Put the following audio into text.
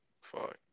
fuck